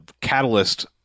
catalyst